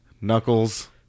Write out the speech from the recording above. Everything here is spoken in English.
Knuckles